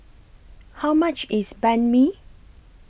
How much IS Banh MI